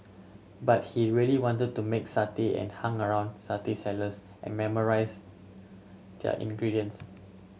but he really wanted to make satay and hung around satay sellers and memorise their ingredients